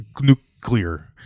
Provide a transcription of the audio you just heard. Nuclear